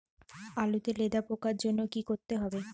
আলুতে লেদা পোকার জন্য কি করতে হবে?